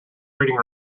reading